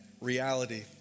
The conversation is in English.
reality